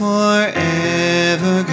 Forever